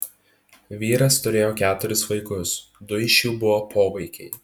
vyras turėjo keturis vaikus du iš jų buvo povaikiai